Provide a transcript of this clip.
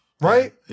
Right